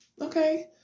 Okay